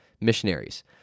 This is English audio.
missionaries